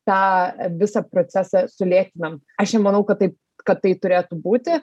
tą visą procesą sulėtinam aš nemanau kad taip kad tai turėtų būti